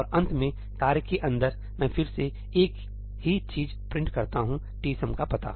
और अंत में कार्य के अंदर मैं फिर से एक ही चीज़ प्रिंट करता हूं tsum का पता